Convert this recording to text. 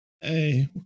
Hey